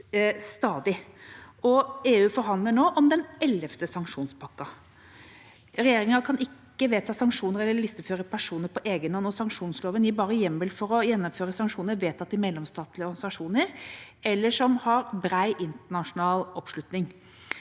stadig. EU forhandler nå om den ellevte sanksjonspakka. Regjeringa kan ikke vedta sanksjoner eller listeføre personer på egen hånd, og sanksjonsloven gir bare hjemmel for å gjennomføre sanksjoner som er vedtatt i mellomstatlige organisasjoner, eller som har bred internasjonal oppslutning.